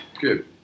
good